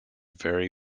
very